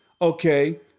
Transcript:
Okay